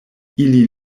ili